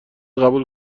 قبول